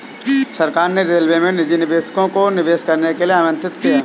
सरकार ने रेलवे में निजी निवेशकों को निवेश करने के लिए आमंत्रित किया